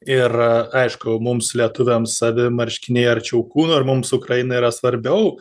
ir aišku mums lietuviams savi marškiniai arčiau kūno ir mums ukraina yra svarbiau